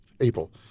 april